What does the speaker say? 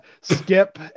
skip